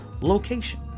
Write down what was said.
Location